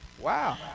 Wow